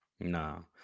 No